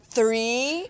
Three